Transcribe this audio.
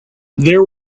there